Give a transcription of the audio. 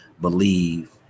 believe